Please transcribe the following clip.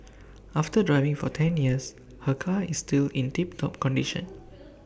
after driving for ten years her car is still in tip top condition